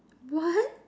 what